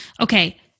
Okay